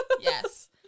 Yes